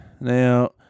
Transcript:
Now